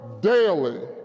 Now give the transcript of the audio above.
daily